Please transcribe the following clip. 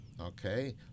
okay